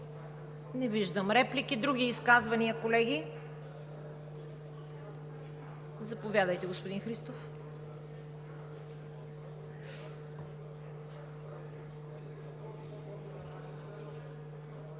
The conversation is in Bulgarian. Не виждам. Други изказвания, колеги? Заповядайте, господин Христов.